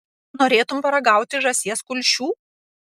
norėtum paragauti žąsies kulšių